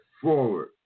forward